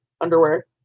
underwear